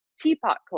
teapot